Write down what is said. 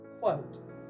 quote